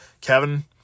Kevin